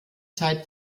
zeit